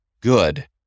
good